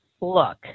look